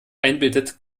einbildet